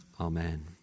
amen